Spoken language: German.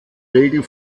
regel